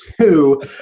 two